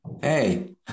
Hey